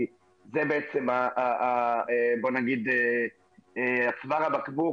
כי זה בעצם בוא נגיד צוואר הבקבוק,